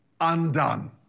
undone